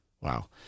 Wow